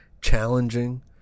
challenging